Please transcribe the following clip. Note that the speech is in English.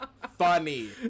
funny